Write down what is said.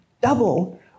double